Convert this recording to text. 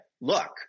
look